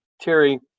Terry